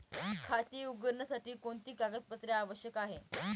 खाते उघडण्यासाठी कोणती कागदपत्रे आवश्यक आहे?